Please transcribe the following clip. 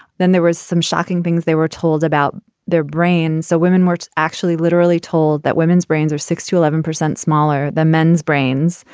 then there was some shocking things they were told about their brain so women were actually literally told that women's brains are six to eleven percent smaller than men's brains